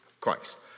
Christ